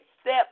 step